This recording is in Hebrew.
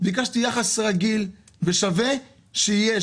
ביקשתי יחס רגיל ושווה שיהיה,